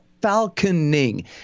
falconing